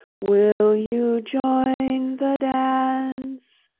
will you join the dance?